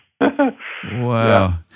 wow